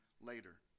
later